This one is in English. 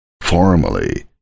formally